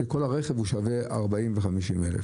כשכל הרכב שווה 40,000 ו-50,000 שקל,